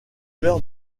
meurt